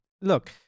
look